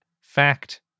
fact